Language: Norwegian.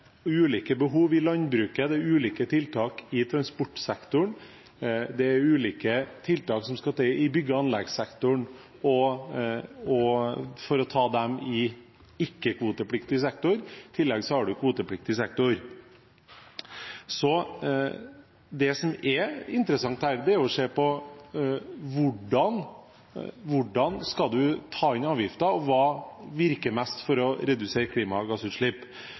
ulike behov i landbruket, det er ulike tiltak i transportsektoren, det er ulike tiltak som skal til i bygg- og anleggssektoren – for å ta dem i ikke-kvotepliktig sektor. I tillegg har man kvotepliktig sektor. Det som er interessant, er å se på hvordan man skal ta inn avgifter og hva virker mest for å redusere klimagassutslipp.